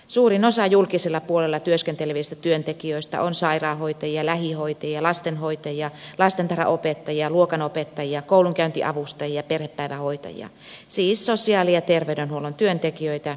suurin osa julkisella puolella työskentelevistä työntekijöistä on sairaanhoitajia lähihoitajia lastenhoitajia lastentarhaopettajia luokanopettajia koulunkäyntiavustajia ja perhepäivähoitajia siis sosiaali ja terveydenhuollon työntekijöitä sekä opettajia